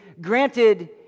granted